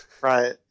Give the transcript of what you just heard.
right